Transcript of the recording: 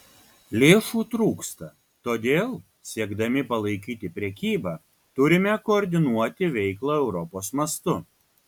lėšų trūksta todėl siekdami palaikyti prekybą turime koordinuoti veiklą europos mastu